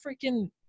freaking –